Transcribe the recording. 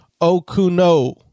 Okuno